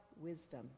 wisdom